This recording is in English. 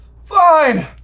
Fine